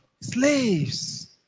slaves